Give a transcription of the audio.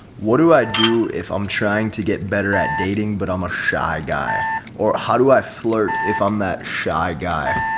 what do i do if i'm trying to get better at dating but i'm a shy guy or how do i flirt if i'm that shy guy?